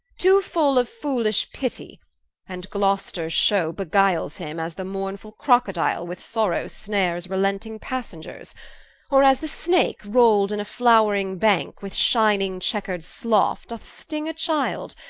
too full of foolish pittie and glosters shew beguiles him, as the mournefull crocodile with sorrow snares relenting passengers or as the snake, roll'd in a flowring banke, with shining checker'd slough doth sting a child,